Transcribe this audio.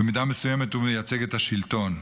במידה מסוימת הוא מייצג את השלטון,